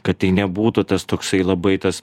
kad tai nebūtų tas toksai labai tas